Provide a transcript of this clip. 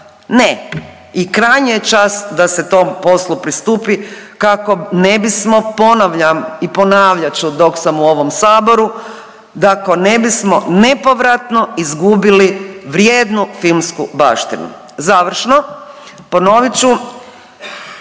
ne. I krajnji je čas da se tom poslu pristupi kako ne bismo ponavljam i ponavljat ću dok sam u ovom Saboru, da kako ne bismo nepovratno izgubili vrijednu filmsku baštinu. Završno, ponovit ću.